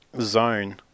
zone